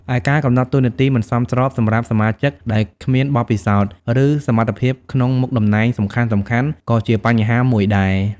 ឯ ការកំណត់តួនាទីមិនសមស្រប សម្រាប់សមាជិកដែលគ្មានបទពិសោធន៍ ឬសមត្ថភាពក្នុងមុខតំណែងសំខាន់ៗក៏ជាបញ្ហាមួយដែរ។